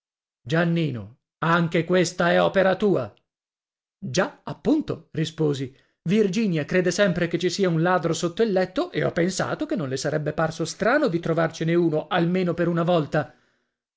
giannino anche questa è opera tua già appunto risposi virginia crede sempre che ci sia un ladro sotto il letto e ho pensato che non le sarebbe parso strano di trovarcene uno almeno per una volta